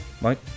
Mike